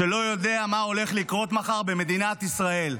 שלא יודע מה הולך לקרות מחר במדינת ישראל.